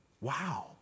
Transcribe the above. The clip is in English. Wow